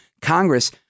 Congress